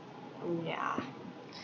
mm yeah